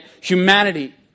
humanity